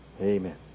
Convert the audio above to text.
Amen